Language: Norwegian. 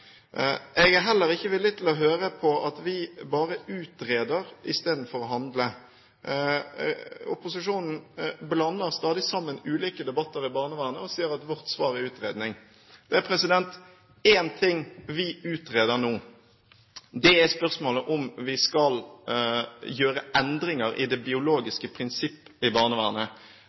Jeg er heller ikke villig til å høre på at vi bare utreder istedenfor å handle. Opposisjonen blander stadig sammen ulike debatter om barnevernet og sier at vårt svar er utredning. Det er én ting vi utreder nå. Det er spørsmålet om vi skal gjøre endringer i det biologiske prinsipp i barnevernet.